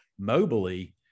mobily